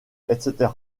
etc